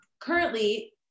currently